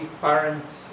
parents